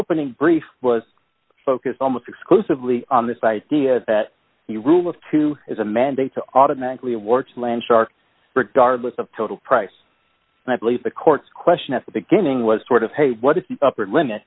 opening brief was focused almost exclusively on this idea that the rule of two is a mandate to automatically awards landshark regardless of total price and i believe the court's question at the beginning was sort of hey what is the upper limit